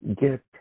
get